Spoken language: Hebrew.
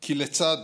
כי לצד